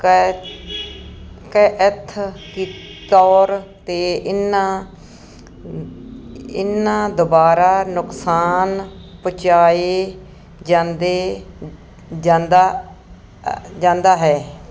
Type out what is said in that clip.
ਕਥਿਤ ਤੌਰ ਤੇ ਇਹਨਾਂ ਦੁਆਰਾ ਨੁਕਸਾਨ ਪਹੁੰਚਾਇਆ ਜਾਂਦਾ ਹੈ